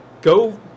go